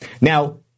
Now